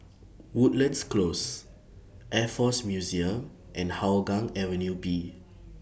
Woodlands Close Air Force Museum and Hougang Avenue B